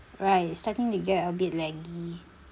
right starting to get a bit laggy